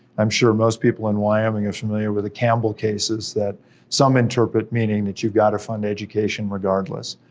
i'm sure most people in wyoming are familiar with the campbell cases that some interpret meaning that you've gotta fund education regardless.